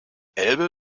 elbe